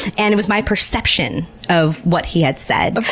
and it was my perception of what he had said.